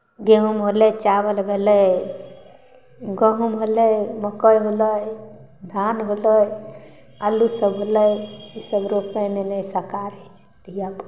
गहूँम होलै चावल भेलै गहूँम होलै मकइ होलै धान होलै आलूसभ होलै ईसभ रोपयमे नहि सकारै छै धियापुता